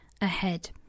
ahead